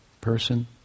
person